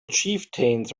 chieftains